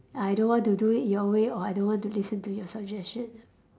I don't want to do it your way or I don't want to listen to your suggestion